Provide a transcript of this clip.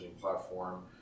platform